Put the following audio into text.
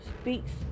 speaks